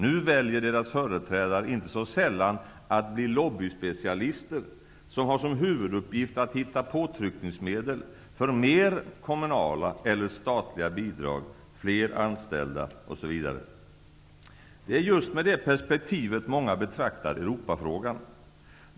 Nu väljer deras företrädare inte så sällan att bli lobbyspecialister, som har som huvuduppgift att hitta påtryckningsmedel för mer kommunala eller statliga bidrag, fler anställda osv. Det är just med det perspektivet många betraktar Europafrågan.